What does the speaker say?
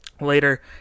later